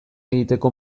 egiteko